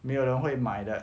没有人会买的